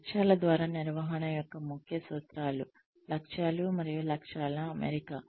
లక్ష్యాల ద్వారా నిర్వహణ యొక్క ముఖ్య సూత్రాలు లక్ష్యాలు మరియు లక్ష్యాల అమరిక